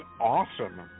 awesome